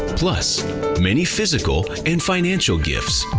plus many physical and financial gifts!